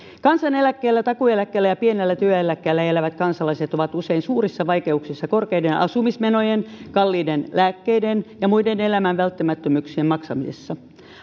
kansaneläkkeellä takuueläkkeellä ja pienellä työeläkkeellä elävät kansalaiset ovat usein suurissa vaikeuksissa korkeiden asumismenojen kalliiden lääkkeiden ja muiden elämän välttämättömyyksien maksamisessa